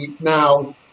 now